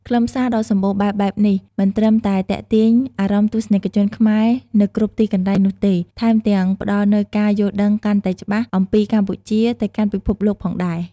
ខ្លឹមសារដ៏សម្បូរបែបបែបនេះ មិនត្រឹមតែទាក់ទាញអារម្មណ៍ទស្សនិកជនខ្មែរនៅគ្រប់ទីកន្លែងនោះទេ ថែមទាំងផ្តល់នូវការយល់ដឹងកាន់តែច្បាស់អំពីកម្ពុជាទៅកាន់ពិភពលោកផងដែរ។